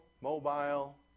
mobile